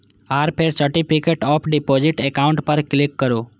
आ फेर certificate of deposit account पर क्लिक करू